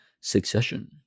succession